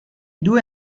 due